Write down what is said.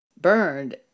burned